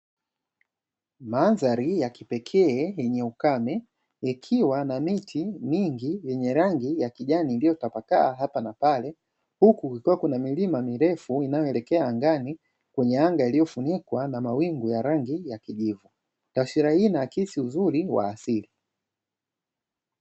Mandhari ya kipekee yenye ukame ikiwa na miti mingi yenye rangi ya kijani iliyotapakaa hapa na pale, huku kukiwa kuna milima mirefu inayoelekea angani kwenye anga iliyofunikwa na mawingu ya rangi ya kijivu. Taswira hii inaakisi uzuri wa asili.